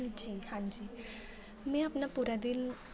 जी हां जी में अपना पूरा दिन